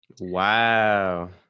wow